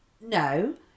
No